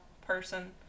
person